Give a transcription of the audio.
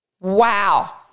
Wow